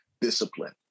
discipline